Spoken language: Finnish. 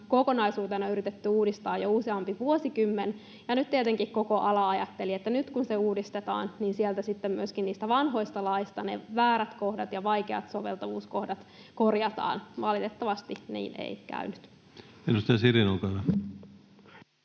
kokonaisuutena yritetty uudistaa jo useampi vuosikymmen, ja nyt tietenkin koko ala ajatteli, että nyt kun se uudistetaan, niin sitten myöskin niistä vanhoista laeista ne väärät kohdat ja vaikeat soveltavuuskohdat korjataan. Valitettavasti niin ei käynyt. [Speech